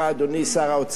אדוני שר האוצר,